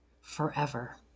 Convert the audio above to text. forever